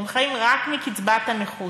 הם חיים רק מקצבת הנכות.